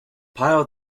pile